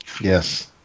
Yes